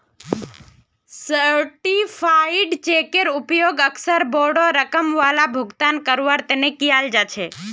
certified चेकेर उपयोग अक्सर बोडो रकम वाला भुगतानक करवार तने कियाल जा छे